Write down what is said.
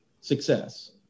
success